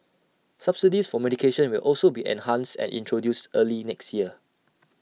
subsidies for medication will also be enhanced and introduced early next year